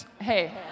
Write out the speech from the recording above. Hey